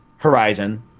horizon